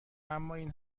امااین